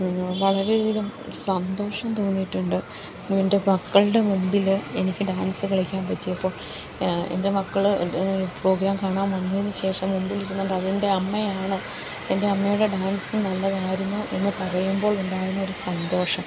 വളരെയധികം സന്തോഷം തോന്നിയിട്ടുണ്ട് എൻ്റെ മക്കളുടെ മുമ്പിൽ എനിക്ക് ഡാൻസ് കളിക്കാൻ പറ്റിയപ്പോൾ എൻ്റെ മക്കൾ പ്രോഗ്രാം കാണാൻ വന്നതിനുശേഷം മുമ്പിൽ ഇരുന്ന് അതെൻ്റെ അമ്മയാണ് എൻ്റെ അമ്മയുടെ ഡാൻസ് നല്ലതായിരുന്നു എന്നു പറയുമ്പോൾ ഉണ്ടാകുന്ന ഒരു സന്തോഷം